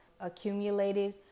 accumulated